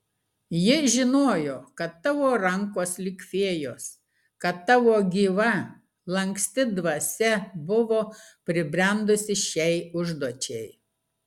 ji žinojo kad tavo rankos lyg fėjos kad tavo gyva lanksti dvasia buvo pribrendusi šiai užduočiai